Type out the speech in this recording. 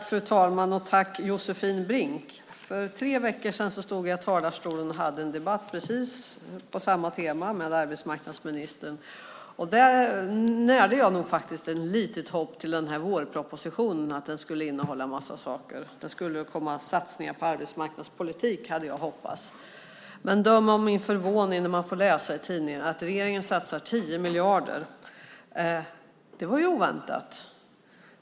Fru talman! Tack, Josefin Brink! För tre veckor sedan stod jag i talarstolen och hade en debatt på precis samma tema med arbetsmarknadsministern. Då närde jag nog ett litet hopp till den här vårpropositionen, att den skulle innehålla en massa saker. Jag hade hoppats att det skulle komma satsningar på arbetsmarknadspolitik. Men döm om min förvåning! Man fick läsa i tidningen att regeringen satsar 10 miljarder. Det var ju oväntat.